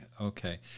okay